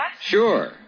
Sure